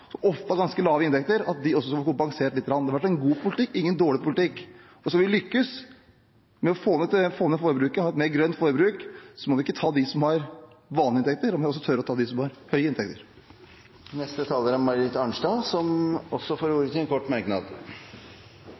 ofte har ganske lave inntekter, også får kompensert lite grann. Det har vært en god politikk, ingen dårlig politikk. Skal vi lykkes med å få ned forbruket og ha et mer grønt forbruk, må vi ikke ta dem som har vanlige inntekter; vi må også tørre å ta dem som har høye inntekter. Representanten Marit Arnstad har hatt ordet to ganger tidligere og får ordet til en kort merknad,